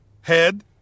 Head